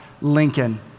Lincoln